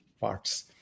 parts